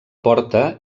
porta